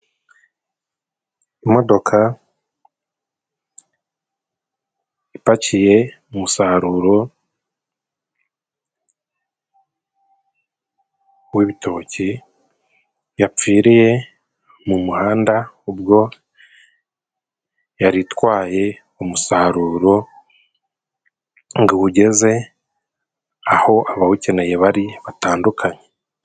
Imodoka ipakiye umusaruro w'ibitoki yapfiriye mu muhanda ubwo yari itwaye umusaruro ngo iwugeze aho abawukeneye bari batandukanye.